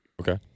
Okay